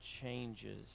changes